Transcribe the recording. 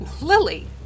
lily